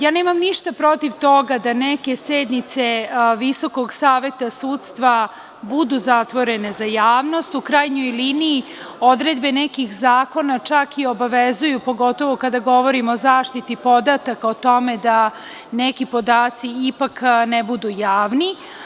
Ja nemam ništa protiv toga da neke sednice Visokog saveta sudstva budu zatvorene za javnost, u krajnjoj liniji odredbe nekih zakona čak obavezuju, pogotovo kada govorimo o zaštiti podataka o tome da neki podaci ipak ne budu javni.